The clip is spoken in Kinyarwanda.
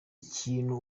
kintu